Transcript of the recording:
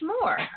more